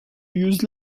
use